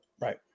Right